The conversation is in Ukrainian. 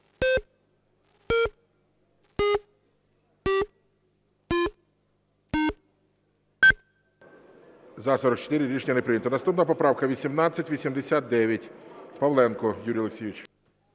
За-44 Рішення не прийнято. Наступна поправка 1889. Павленко Юрій Олексійович.